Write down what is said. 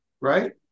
right